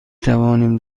توانیم